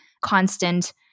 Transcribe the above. constant